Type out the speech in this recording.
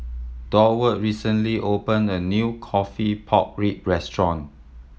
Durward recently opened a new coffee pork rib restaurant